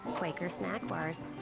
quaker snack bars.